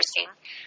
interesting